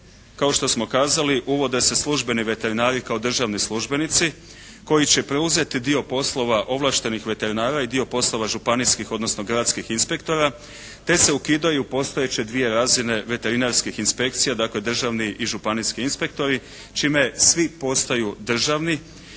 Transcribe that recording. kao što smo kazali uvode se službeni veterinari kao državni službenici koji će preuzeti dio poslova ovlaštenih veterinara i dio poslova županijskih, odnosno gradskih inspektora, te se ukidaju postojeće dvije razine veterinarskih inspekcija dakle državni i županijski inspektori čime svi postaju državni.